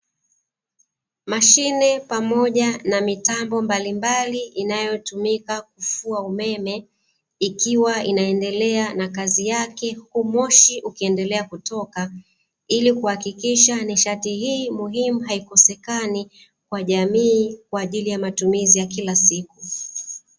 Mashine pamoja na mitambo mbalimbali inayotumika kufua umeme, ikiwa inaendelea na kazi yake huku moshi ukiendelea kutoka, ili kuhakikisha nishati hii muhimu haikosekani kwa jamii, kwa ajili ya matumizi ya kila siku.